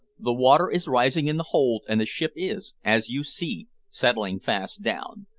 the water is rising in the hold, and the ship is, as you see, settling fast down.